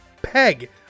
peg